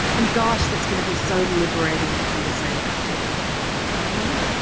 and gosh that's gonna be so liberating for you to say that too i don't know.